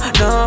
no